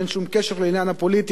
אין שום קשר לעניין הפוליטי,